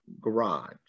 garage